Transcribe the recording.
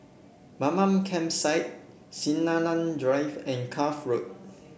Mamam Campsite Sinaran Drive and Cuff Road